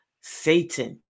Satan